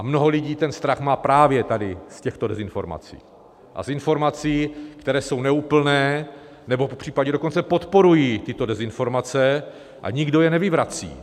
Mnoho lidí ten strach má právě tady z těchto dezinformací a z informací, které jsou neúplné, nebo případně dokonce podporují tyto dezinformace a nikdo je nevyvrací.